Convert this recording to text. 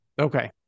okay